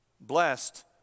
Blessed